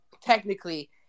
technically